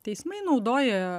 teismai naudoja